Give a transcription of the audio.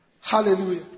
Hallelujah